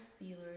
stealers